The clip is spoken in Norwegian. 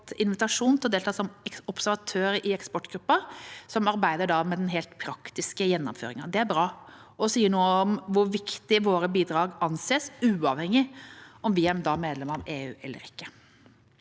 Norge fått invitasjon til å delta som observatør i ekspertgruppen som arbeider med den praktiske gjennomføringen. Det er bra, og sier noe om hvor viktig våre bidrag anses – uavhengig av om vi er medlem av EU eller ikke.